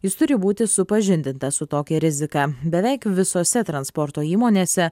jis turi būti supažindintas su tokia rizika beveik visose transporto įmonėse